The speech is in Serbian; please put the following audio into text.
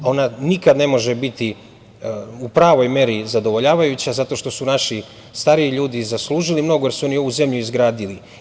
Ona nikada ne može biti u pravoj meri zadovoljavajuća, zato što su naši stariji ljudi zaslužili mnogo, jer su oni ovu zemlju izgradili.